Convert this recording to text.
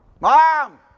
Mom